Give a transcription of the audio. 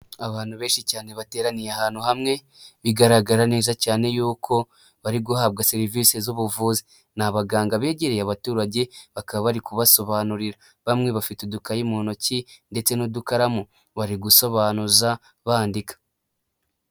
Abantu benshi cyane bateraniye ahantu hamwe bigaragara neza cyane yuko bari guhabwa serivisi z'ubuvuzi. Ni abaganga begereye abaturage bakaba bari kubasobanurira bamwe bafite udukayi mu ntoki, ndetse n'udukaramu, bari gusobanuza bandika.